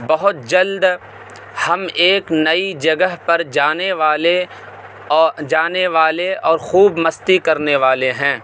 بہت جلد ہم ایک نئی جگہ پر جانے والے اور جانے والے اور خوب مستی کرنے والے ہیں